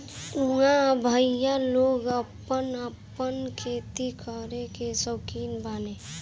ऊहाँ अबहइयो लोग आपन आपन खेती करे कअ सौकीन बाने